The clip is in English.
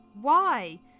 Why